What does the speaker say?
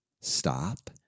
stop